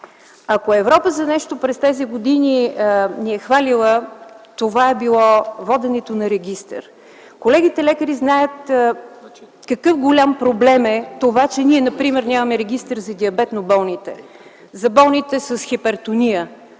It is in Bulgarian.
е хвалила за нещо през тези години, това е било воденето на регистър. Колегите лекари знаят какъв голям проблем е това, че ние например нямаме регистър за диабетно болните, за болните с хипертония.